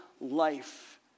life